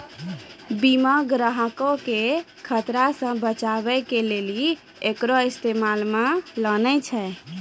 बीमा ग्राहको के खतरा से बचाबै के लेली एकरो इस्तेमाल मे लानै छै